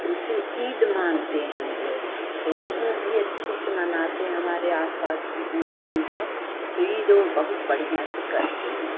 वैसे ईद मानते हैं हमलोग तो ईद में भी अच्छे से मनाते हैं हमारे आसपास मुस्लिम हैं तो ईदो बहुत बढ़ियाँ से करते हैं